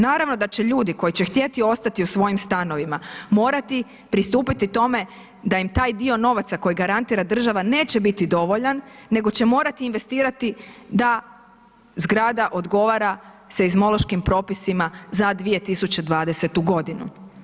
Naravno da će ljudi koji će htjeti ostati u svojim stanovima morati pristupiti tome da im taj dio novaca koji garantira država neće biti dovoljan, nego će morati investirati da zgrada odgovara seizmološkim propisima za 2020. godinu.